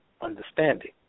understanding